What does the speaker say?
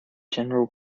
general